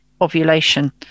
ovulation